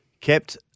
kept